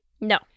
No